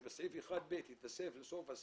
3 נמנעים אין הצעה מספר 25